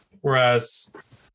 Whereas